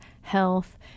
health